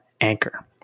Anchor